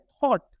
thought